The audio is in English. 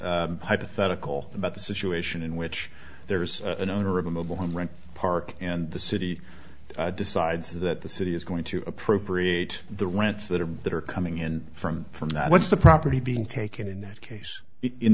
hypothetical about the situation in which there's an owner of a mobile home park and the city decides that the city is going to appropriate the rents that are that are coming in from from the what's the property being taken in that case in